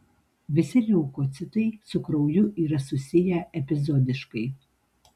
visi leukocitai su krauju yra susiję epizodiškai